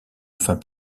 enfin